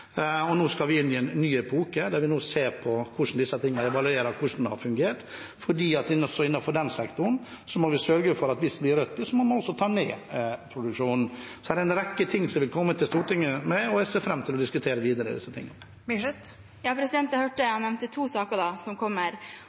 Og nå skal vi inn i en ny epoke der vi evaluerer hvordan dette har fungert, for også innenfor den sektoren må vi sørge for at man må ta ned produksjonen hvis det blir rødt lys. Så det er en rekke ting vi vil komme til Stortinget med, og jeg ser fram til å diskutere disse tingene videre. Cecilie Myrseth – til oppfølgingsspørsmål. Statsråden nevnte to saker som kommer,